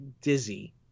dizzy